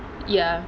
ya